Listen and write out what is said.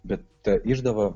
bet ta išdava